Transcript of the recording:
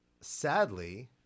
sadly